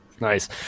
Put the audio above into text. Nice